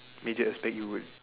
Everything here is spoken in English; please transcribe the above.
major aspect you would